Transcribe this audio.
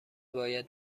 باید